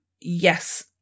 yes